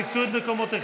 תפסו את מקומותיכם.